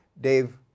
Dave